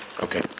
Okay